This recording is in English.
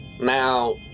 Now